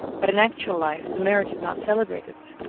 but in actual life, the marriage is not celebrated.